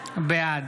בעד